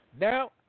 Now